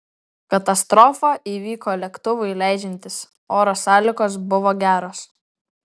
katastrofa įvyko lėktuvui leidžiantis oro sąlygos buvo geros